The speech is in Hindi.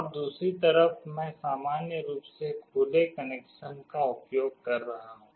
और दूसरी तरफ मैं सामान्य रूप से खुले कनेक्शन का उपयोग कर रहा हूं